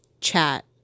chat